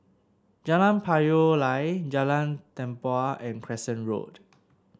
Jalan Payoh Lai Jalan Tempua and Crescent Road